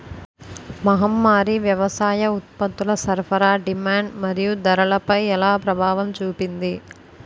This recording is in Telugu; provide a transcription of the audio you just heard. మహమ్మారి వ్యవసాయ ఉత్పత్తుల సరఫరా డిమాండ్ మరియు ధరలపై ఎలా ప్రభావం చూపింది?